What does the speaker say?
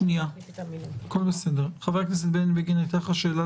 אני אומרת לך שוב,